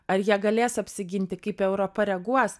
ar jie galės apsiginti kaip europa reaguos